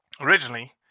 originally